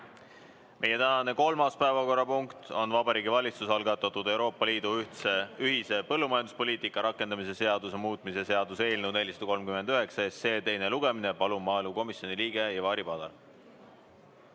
Meie tänane kolmas päevakorrapunkt on Vabariigi Valitsuse algatatud Euroopa Liidu ühise põllumajanduspoliitika rakendamise seaduse muutmise seaduse eelnõu 439 teine lugemine. Palun, maaelukomisjoni liige Ivari Padar!